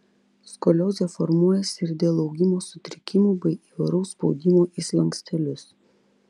skoliozė formuojasi ir dėl augimo sutrikimų bei įvairaus spaudimo į slankstelius